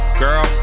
girl